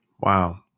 Wow